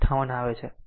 58 આવે છે